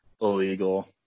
illegal